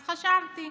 אז חשבתי.